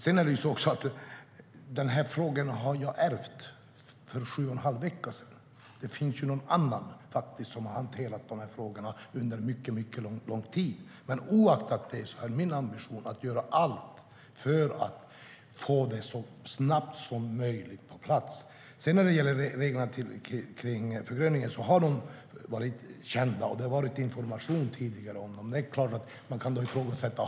Jag har ärvt de här frågorna för sju och en halv vecka sedan. Det har funnits någon annan som har hanterat de här frågorna under mycket lång tid. Oaktat det är min ambition att göra allt för att få det på plats så snabbt som möjligt. När det gäller reglerna för förgröningen har de varit kända, och det har tidigare varit information om dem. Man kan ifrågasätta den.